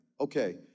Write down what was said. Okay